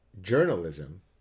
Journalism